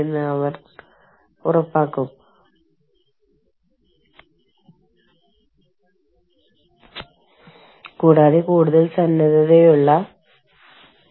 അതിനാൽ അത് രാജ്യത്തിന്റെ പ്രാദേശിക നിയമങ്ങളുമായി ലയിപ്പിക്കേണ്ടതുണ്ട് അല്ലെങ്കിൽ അത് യോജിപ്പിക്കേണ്ടതുണ്ട് അതിനുള്ളിലാണ് നമ്മൾ പ്രവർത്തിക്കുന്നത്